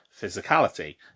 physicality